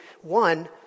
one